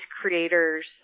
creators